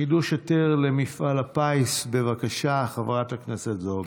חידוש היתר למפעל הפיס, בבקשה, חברת הכנסת זועבי.